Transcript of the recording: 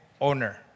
owner